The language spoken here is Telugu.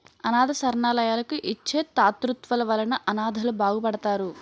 అనాధ శరణాలయాలకు ఇచ్చే తాతృత్వాల వలన అనాధలు బాగుపడతారు